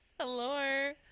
Hello